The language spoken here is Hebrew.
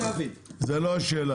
זו לאל השאלה